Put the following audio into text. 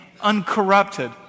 uncorrupted